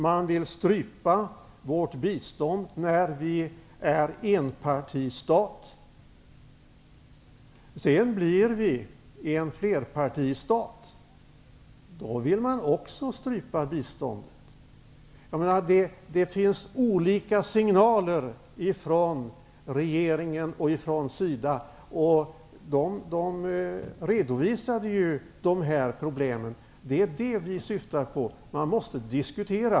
Man vill strypa biståndet när landet är en enpartistat. Sedan blir landet en flerpartistat. Då vill man också strypa biståndet. Det ges olika signaler från regeringen och SIDA. Besökarna redovisade dessa problem. Det är detta vi socialdemokrater syftar på. Det måste ske en diskussion.